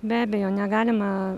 be abejo negalima